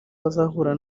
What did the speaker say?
bazahura